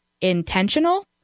intentional